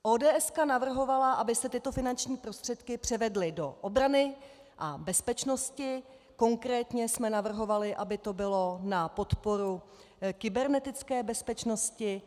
ODS navrhovala, aby se tyto finanční prostředky převedly do obrany a bezpečnosti, konkrétně jsme navrhovali, aby to bylo na podporu kybernetické bezpečnosti.